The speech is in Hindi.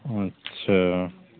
अच्छा